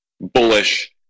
bullish